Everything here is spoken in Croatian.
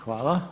Hvala.